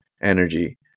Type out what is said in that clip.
energy